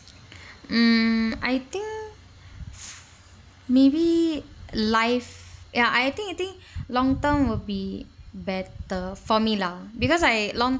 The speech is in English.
mm I think maybe life ya I think I think long term will be better for me lah because like long